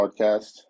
podcast